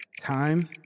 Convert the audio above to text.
Time